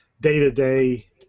day-to-day